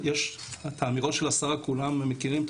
את האמירות של השרה כולם מכירים.